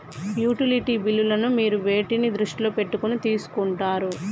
Utility బిల్లులను మీరు వేటిని దృష్టిలో పెట్టుకొని తీసుకుంటారు?